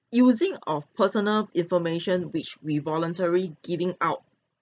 using of personal information which we voluntary giving out